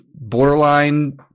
borderline